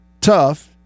tough